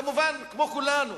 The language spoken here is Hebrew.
כמו כולנו,